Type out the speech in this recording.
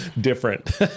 different